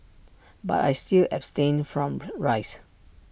but I still abstain from rice